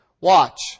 Watch